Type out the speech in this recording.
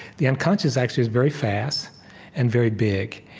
the unconscious, actually, is very fast and very big.